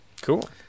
cool